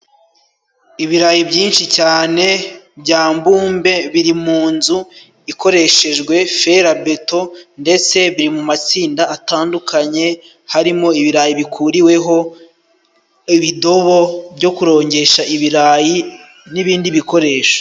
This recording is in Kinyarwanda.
Ibirayi byinshi cyane bya mbumbe biri mu nzu ikoreshejwe ferabeto, ndetse biri mu matsinda atandukanye harimo ibirayi bikuriweho, ibidobo byo kurongesha ibirayi n'ibindi bikoresho.